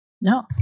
No